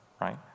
right